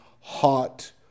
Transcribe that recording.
hot